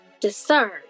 discern